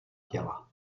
těla